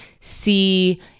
see